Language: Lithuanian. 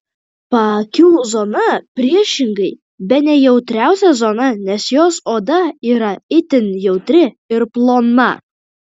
paakių zona priešingai bene jautriausia zona nes jos oda yra itin jautri ir plona